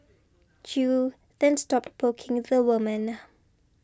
Chew then stopped poking the woman